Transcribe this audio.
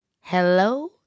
Hello